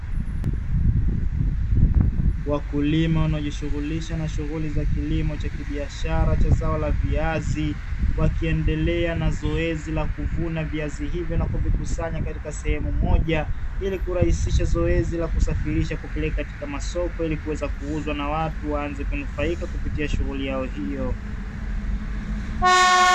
Wakulima wanaojishughulisha na kilimo cha kibiashara cha zao la viazi, wakiendelea na zoezi la kuvuna viazi hivyo na kuvikusanya katika sehemu moja, ili kurahisisha zoezi la kusafirisha kupeleka katika masoko ili kuweza kuuza na watu waanze kunufaika kupitia shughuli yao hiyo.